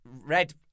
red